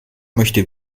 möchte